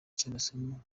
cy’amasomo